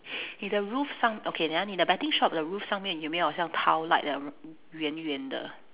你的 roof 上 okay 你 ah 你的 betting shop the roof 上面有没有好像 light 的圆圆的